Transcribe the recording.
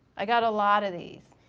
i got a lot of these.